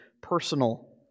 personal